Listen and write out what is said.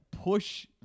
push